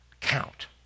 count